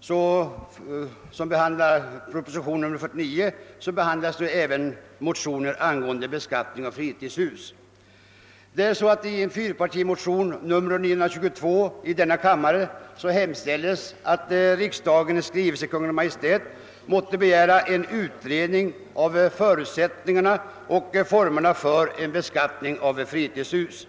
som avgivits med anledning av propositionen 49, behandlas även motioner angående beskattning av fritidshus. I de likalydande fyrpartimotionerna I: 786 och II: 922 hemstiälls att riksdagen i skrivelse till Kungl. Maj:t måtte begära en utredning av förutsättningarna och formerna för en beskattning av fritidshus.